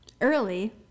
Early